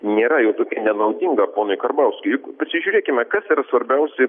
nėra jau tokia nenaudinga ponui karbauskiui pasižiūrėkime kas yra svarbiausi